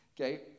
okay